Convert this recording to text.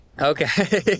Okay